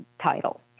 title